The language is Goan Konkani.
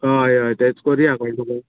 हय हय तेंच करुया